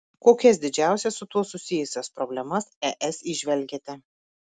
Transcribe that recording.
kokias didžiausias su tuo susijusias problemas es įžvelgiate